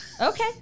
Okay